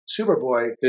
Superboy